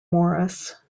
morris